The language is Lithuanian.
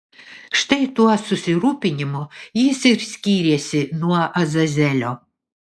štai tuo susirūpinimu jis ir skyrėsi nuo azazelio